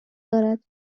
دارد